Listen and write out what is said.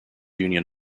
union